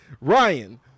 Ryan